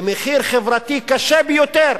במחיר חברתי קשה ביותר,